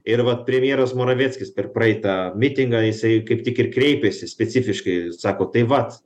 ir va premjeras moravieckis per praeitą mitingą jisai kaip tik ir kreipėsi specifiškai sako tai vat